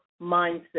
mindset